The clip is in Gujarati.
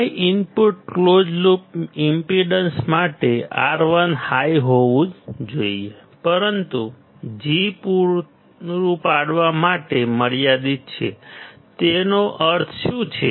high input close loop impedance માટે R1 હાઈ હોવું જોઈએ પરંતુ પૂરતું G પૂરું પાડવા માટે મર્યાદિત છે તેનો અર્થ શું છે